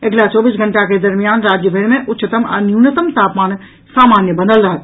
अगिला चौबीस घंटा के दरमियान राज्य भरि मे उच्चतम आ न्यूनतम तापमान सामान्य बनल रहत